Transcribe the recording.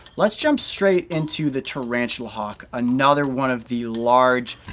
lets jump straight into the tarantula hawk. another one of the large,